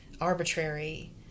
arbitrary